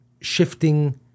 shifting